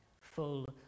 full